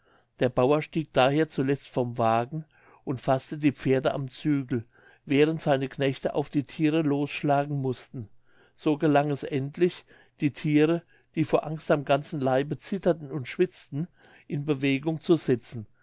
der bauer stieg daher zuletzt vom wagen und faßte die pferde am zügel während seine knechte auf die thiere losschlagen mußten so gelang es endlich die thiere die vor angst am ganzen leibe zitterten und schwitzten in bewegung zu setzen